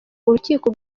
urukiko